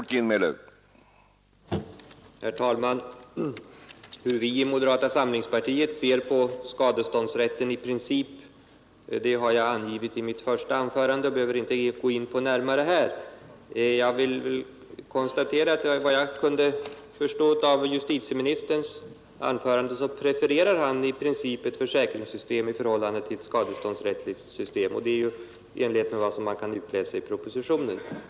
Herr talman! Hur vi i moderata samlingspartiet ser på skadeståndsrätten i princip har jag angivit i mitt första anförande och behöver inte gå in på det närmare här. Enligt vad jag kunde förstå av justitieministerns anförande så prefererar han i princip ett försäkringssystem i förhållande till ett skadeståndsrättsligt system, och det är ju också vad man kan utläsa av propositionen.